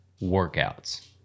workouts